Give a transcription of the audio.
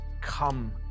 come